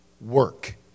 work